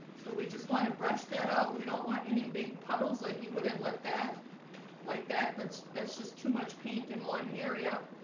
so we just want to brush that out, we don't want any big puddles like you wouldn't let that like that, that's that's just too much paint in one area.